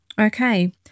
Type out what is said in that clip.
Okay